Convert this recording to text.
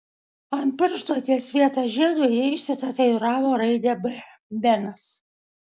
ant piršto ties vieta žiedui ji išsitatuiravo raidę b benas